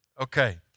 Okay